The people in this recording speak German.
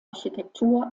architektur